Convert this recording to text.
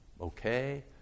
okay